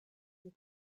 you